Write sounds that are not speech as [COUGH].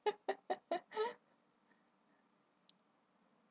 [LAUGHS]